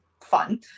fun